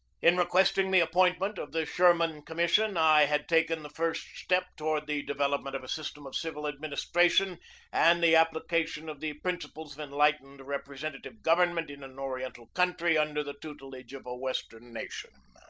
in requesting the appointment of the schurman commission i had taken the first step toward the development of a system of civil administration and the application of the principles of enlightened rep resentative government in an oriental country under the tutelage of a western nation.